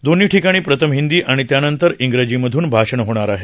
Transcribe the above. दोन्ही ठिकाणी प्रथम हिंदी आणि नंतर इंग्रजीमधून भाषण होणार आहे